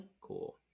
cool